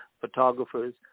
photographers